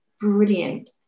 brilliant